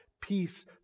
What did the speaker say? peace